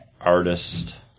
artist